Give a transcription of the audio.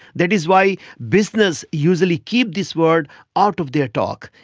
that is why business usually keep this word out of their talk,